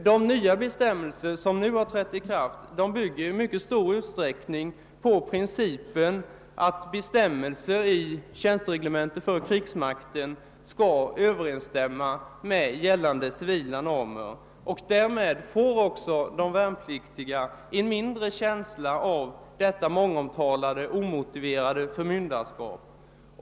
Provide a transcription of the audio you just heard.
De nya bestämmelser som nu trätt i kraft bygger i mycket stor utsträckning på principen att bestämmelser i Tjänstereglemente för Krigsmakten skall överensstämma med gällande civila normer och därmed får också de värnpliktiga en mindre stark känsla av detta omtalade och omotiverade förmynderskap.